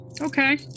okay